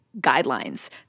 guidelines